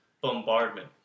bombardment